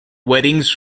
weddings